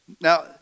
Now